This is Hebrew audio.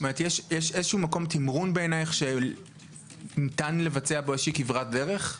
יש מקום תמרון בעיניך שניתן לבצע בו כברת דרך?